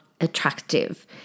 attractive